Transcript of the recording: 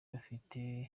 bafite